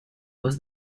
was